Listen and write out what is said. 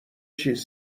چیز